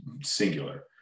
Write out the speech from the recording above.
singular